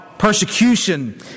Persecution